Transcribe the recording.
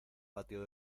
patio